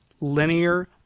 linear